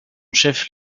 chef